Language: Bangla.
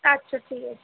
আচ্ছা ঠিক আছে